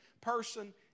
person